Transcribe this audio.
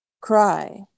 cry